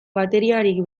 bateriarik